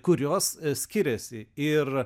kurios skiriasi ir